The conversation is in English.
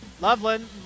Loveland